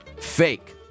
fake